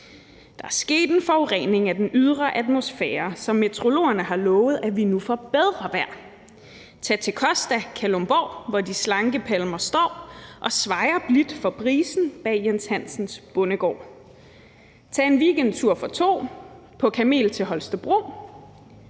Der er sket en forurening af den ydre atmosfære, så meteorologerne har lovet, at vi nu får bedre vejr. Tag til Costa Kalundborg, hvor de slanke palmer står og svajer blidt for brisen bag Jens Hansens bondegård. Tag en weekendtur for to på kamel til Holstebro.